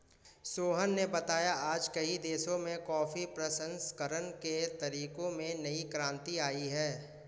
सोहन ने बताया आज कई देशों में कॉफी प्रसंस्करण के तरीकों में नई क्रांति आई है